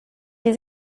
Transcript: die